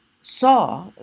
saw